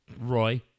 Roy